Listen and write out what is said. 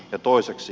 ja toiseksi